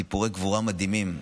סיפורי גבורה מדהימים.